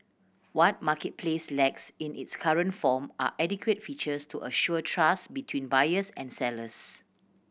what marketplace lacks in its current form are adequate features to assure trust between buyers and sellers